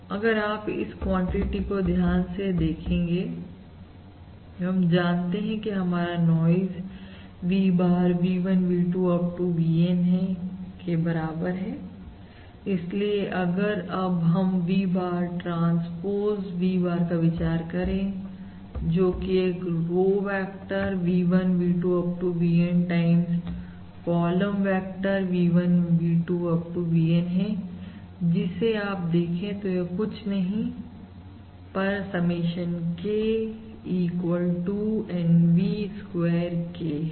अब अगर आप इस क्वांटिटी को ध्यान से देखेंगे हम जानते हैं कि हमारा noise V bar V1 V2 Up to VN के बराबर है इसलिए अगर अब हम V bar transpose V bar का विचार करें जो कि एक row vector V1 V2 Up to VN times column vector V1 V2 Up to VN है जिसे आप देखें तो यह कुछ नहीं पर summation K equal 1 to NV square K है